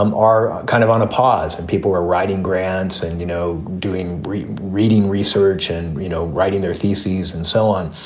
um are kind of on a pause. and people are writing grants and, you know, doing great reading research and, you know, writing their theses and so on.